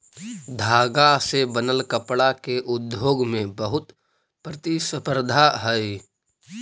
धागा से बनल कपडा के उद्योग में बहुत प्रतिस्पर्धा हई